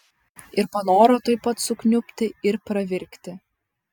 ir panoro tuoj pat sukniubti ir pravirkti